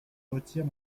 retire